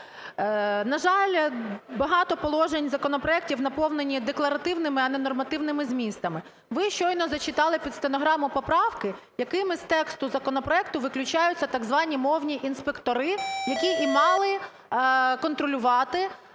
На жаль, багато положень законопроектів наповнені декларативними, а не нормативними змістами. Ви щойно зачитали під стенограму поправки, якими з тексту законопроекту виключаються, так звані, мовні інспектори, які і мали контролювали